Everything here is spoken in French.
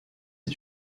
est